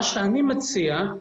מה שאני מציע,